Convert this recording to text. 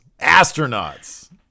Astronauts